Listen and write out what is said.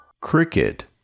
Cricket